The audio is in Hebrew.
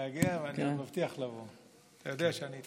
פי מידע אחד שיש להם ולא יודעים מה יהיה מחר בבוקר.